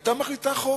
היתה מחליטה על החוק.